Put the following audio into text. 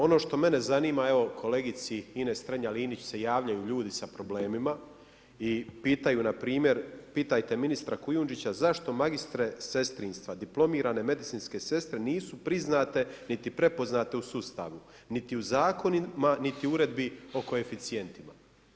Ono što mene zanima, evo kolegici Ines Strenja Linić se javljaju ljudi sa problemima i pitaju npr. pitajte ministra Kujundžića, zašto magistre sestrinstva, diplomirane medicinske sestre nisu priznate niti prepoznate u sustavu, niti u zakonima, niti u uredbi o koeficijentima?